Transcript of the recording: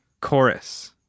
chorus